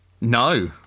No